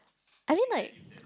I mean like